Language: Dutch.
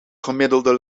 gemiddelde